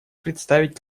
представить